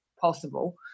possible